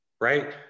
right